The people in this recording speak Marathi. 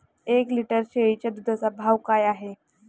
एक लिटर शेळीच्या दुधाचा भाव काय आहे?